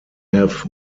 have